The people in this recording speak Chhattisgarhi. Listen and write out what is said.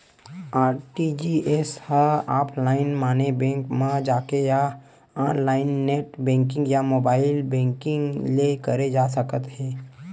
आर.टी.जी.एस ह ऑफलाईन माने बेंक म जाके या ऑनलाईन नेट बेंकिंग या मोबाईल बेंकिंग ले करे जा सकत हे